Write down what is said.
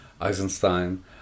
Eisenstein